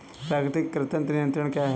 प्राकृतिक कृंतक नियंत्रण क्या है?